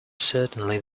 certainly